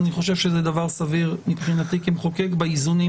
אני חושב שזה דבר סביר מבחינתי כמחוקק באיזונים